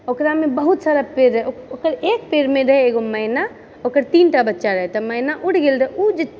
ओकरामे बहुत सारा पेड़ रहै ओकर एक पेड़मे रहै एगो मैना ओकर तीनटा बच्चा रहै तऽ मैना उड़ गेल रहै ओ जे